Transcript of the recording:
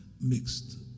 mixed